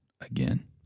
again